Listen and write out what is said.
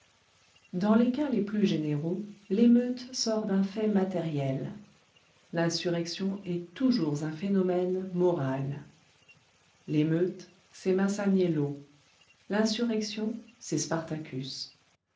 dans les cas les plus généraux l'émeute sort d'un fait matériel l'insurrection est toujours un phénomène moral l'émeute c'est masaniello l'insurrection c'est spartacus